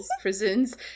prisons